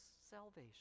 salvation